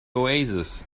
oasis